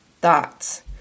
thoughts